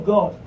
God